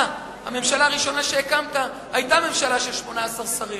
הממשלה הראשונה שהקמת היתה ממשלה של 18 שרים,